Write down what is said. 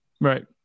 Right